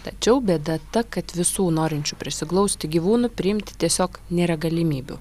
tačiau bėda ta kad visų norinčių prisiglausti gyvūnų priimti tiesiog nėra galimybių